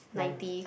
nine